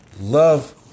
Love